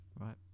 right